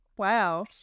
Wow